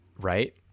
Right